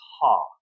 ha